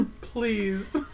Please